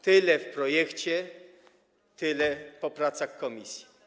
Tyle w projekcie, tyle po pracach komisji.